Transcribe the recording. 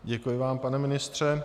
Děkuji vám, pane ministře.